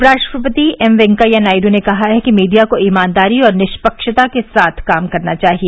उपराष्ट्रपति एम वैंकेया नायडू ने कहा है कि मीडिया को ईमानदारी और निपक्षता के साथ काम करना चाहिए